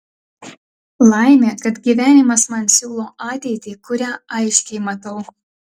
laimė kad gyvenimas man siūlo ateitį kurią aiškiai matau